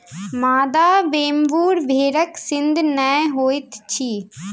मादा वेम्बूर भेड़क सींघ नै होइत अछि